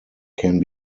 can